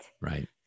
Right